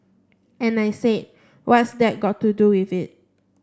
and I said what's that got to do with it